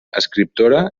escriptora